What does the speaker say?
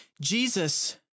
Jesus